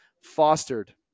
fostered